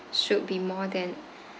should be more than